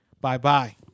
bye-bye